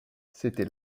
c’était